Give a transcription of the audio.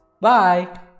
Bye